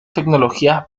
tecnologías